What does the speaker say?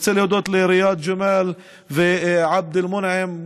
אני רוצה להודות לריאד ג'מאל ועבד אל-מונעם,